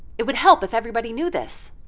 it would help if everybody knew this.